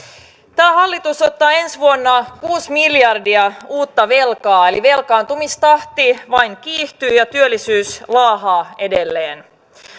tämä hallitus ottaa ensi vuonna kuusi miljardia uutta velkaa eli velkaantumistahti vain kiihtyy ja työllisyys laahaa edelleen